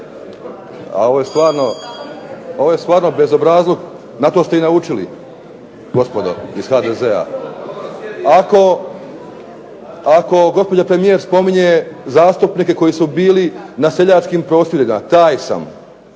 ovo je stvarno bezobrazluk, na to ste i naučili, gospodo iz HDZ-a. Ako gospođa premijer spominje zastupnike koji su bili na seljačkim prosvjedima, taj sam.